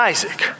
Isaac